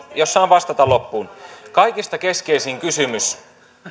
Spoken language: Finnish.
jos saan vastata loppuun kaikista keskeisin kysymys